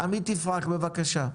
עמית יפרח, בבקשה.